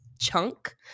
chunk